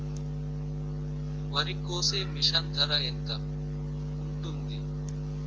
వరి కోసే మిషన్ ధర ఎంత ఉంటుంది?